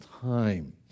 time